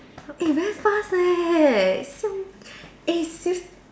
eh very first leh eh s~